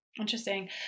Interesting